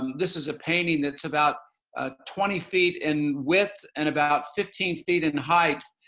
um this is a painting that's about ah twenty feet in width and about fifteen feet in height,